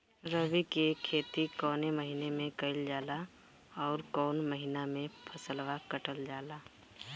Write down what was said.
रबी की खेती कौने महिने में कइल जाला अउर कौन् महीना में फसलवा कटल जाला?